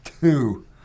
two